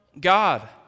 God